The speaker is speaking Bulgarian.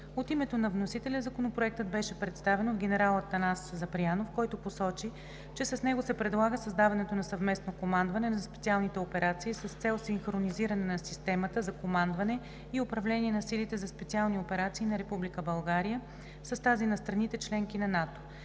От името на вносителя Законопроектът беше представен от генерал Атанас Запрянов, който посочи, че с него се предлага създаването на Съвместно командване на специалните операции с цел синхронизиране на системата за командване и управление на силите за специални операции на Република България с тази на страните – членки на НАТО.